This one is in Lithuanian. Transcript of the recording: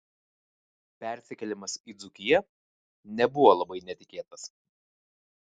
persikėlimas į dzūkiją nebuvo labai netikėtas